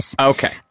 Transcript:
Okay